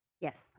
Yes